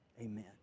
Amen